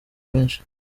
menshi